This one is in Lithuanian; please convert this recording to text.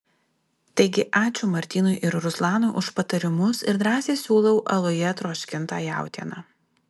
taigi ačiū martynui ir ruslanui už patarimus ir drąsiai siūlau aluje troškintą jautieną